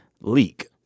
Leak